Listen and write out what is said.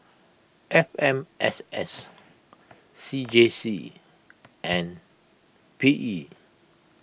F M S S C J C and P E